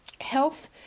health